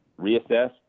reassess